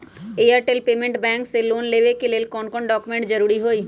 Airtel payments bank से loan लेवे के ले कौन कौन डॉक्यूमेंट जरुरी होइ?